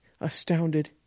astounded